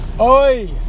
Oi